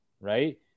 right